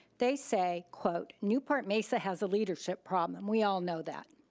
they say, quote, newport mesa has a leadership problem. we all know that.